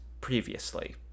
previously